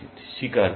ছাত্র স্বীকার করা